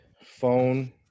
phone